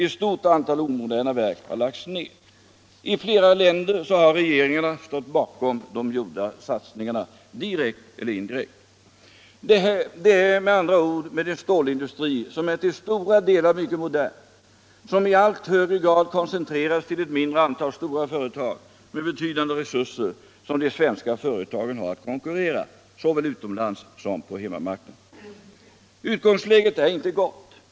Ett stort antal omoderna verk har lagts ned. I flera länder har regeringarna stått bakom de gjorda salsningarna — direkt eller indirekt. De svenska företagen har med andra ord att konkurrera såväl utomlands som på hemmamarknaden med en stålindustri som är till stora delar mycket modern, som i allt högre grad koncentrerats till ett mindre antal stora företag med betydande resurser. Utgångsläget är inte gott.